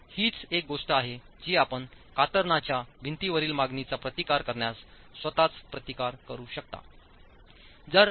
तर हीच एक गोष्ट आहे जी आपण कातरणाच्या भिंतीवरील मागणीचा प्रतिकार करण्यास स्वतःच प्रतिकार करू शकता